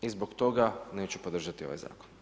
I zbog toga neću podržati ovaj zakon.